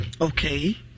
okay